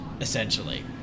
essentially